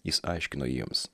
jis aiškino jiems